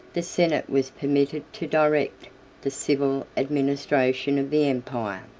the senate was permitted to direct the civil administration of the empire.